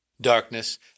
Darkness